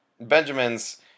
benjamin's